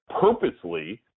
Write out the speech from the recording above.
purposely